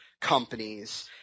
companies